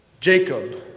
Jacob